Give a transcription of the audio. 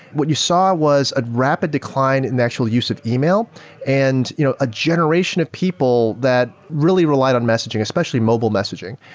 what you saw was a rapid decline in the actual use of email and you know a generation of people that really relied on messaging, especially mobile messaging.